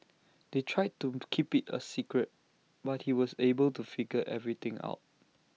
they tried to keep IT A secret but he was able to figure everything out